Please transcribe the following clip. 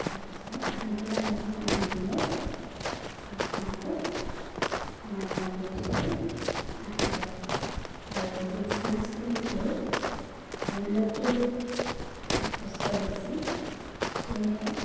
তাৰপিছত আহি পেলাই মুখখন ধুই দিলে ছালখন আকৌ সামান্য পৰিস্থিতিত আহি যায় আৰু এই চানস্ক্ৰিনটোৰ মূল্যটো যথেষ্ট বেছি সেয়েহে